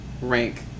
rank